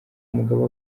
mugabe